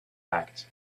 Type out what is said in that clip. act